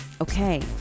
Okay